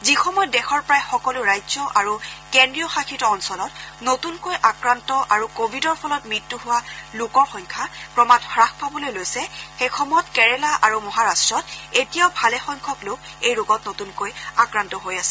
যিসময়ত দেশৰ প্ৰায় সকলো ৰাজ্য আৰু কেন্দ্ৰীয় শাসিত অঞ্চলত নতুনকৈ আক্ৰান্ত আৰু কোভিডৰ ফলত মৃত্যু হোৱা লোকৰ সংখ্যা ক্ৰমাত হ্বাস পাবলৈ লৈছে সেইসময়ত কেৰালা আৰু মহাৰট্টত এতিয়াও ভালেসংখ্যক লোক এই ৰোগত নতুনকৈ আক্ৰান্ত হৈ আছে